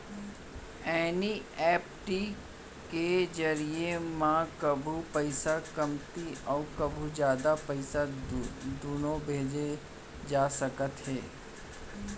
NEFT के जरिए म कभू पइसा कमती अउ कभू जादा पइसा दुनों भेजे जा सकते हे